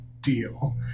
Deal